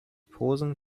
posen